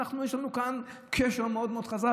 יש לנו לכאן קשר מאוד מאוד חזק,